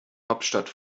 hauptstadt